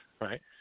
Right